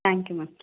thank you ma'am